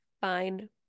fine